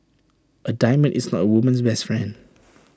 A diamond is not A woman's best friend